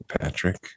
Patrick